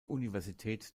universität